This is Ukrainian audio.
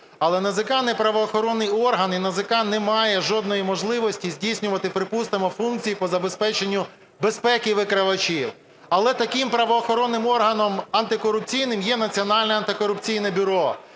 Але НАЗК не правоохоронний орган і НАЗК не має жодної можливості здійснювати, припустимо, функції по забезпеченню безпеки викривачів. Але таким правоохоронним органом антикорупційним є Національне антикорупційне бюро.